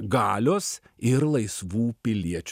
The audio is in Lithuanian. galios ir laisvų piliečių